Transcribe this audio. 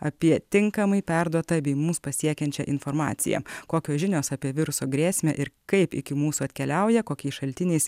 apie tinkamai perduotą bei mus pasiekiančią informaciją kokios žinios apie viruso grėsmę ir kaip iki mūsų atkeliauja kokiais šaltiniais